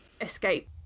escape